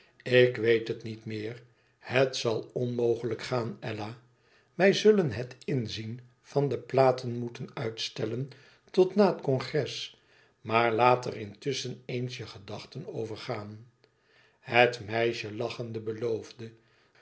ik weet het niet meer het zal onmogelijk gaan ella we zullen het inzien van de platen moeten uitstellen tot na het congres maar laat er intusschen eens je gedachten over gaan het meisje lachende beloofde